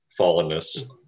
fallenness